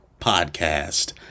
Podcast